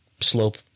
slope